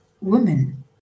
women